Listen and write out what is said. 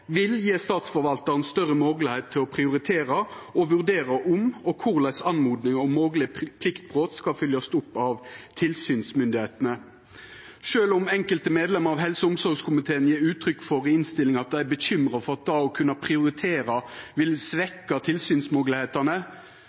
prioritera og vurdera om og korleis oppmoding om mogleg pliktbrot skal følgjast opp av tilsynsmyndigheitene. Sjølv om enkelte medlemer av helse- og omsorgskomiteen i innstillinga gjev uttrykk for at dei er bekymra for at det å kunna prioritera vil